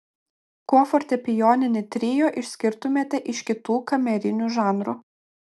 kuo fortepijoninį trio išskirtumėte iš kitų kamerinių žanrų